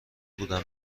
بودم